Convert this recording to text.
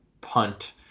punt